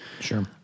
Sure